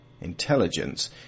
intelligence